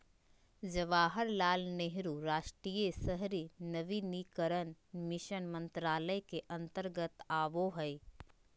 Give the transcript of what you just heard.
जवाहरलाल नेहरू राष्ट्रीय शहरी नवीनीकरण मिशन मंत्रालय के अंतर्गत आवो हय